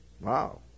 Wow